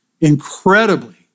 incredibly